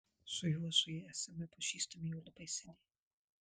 su juozu esame pažįstami jau labai seniai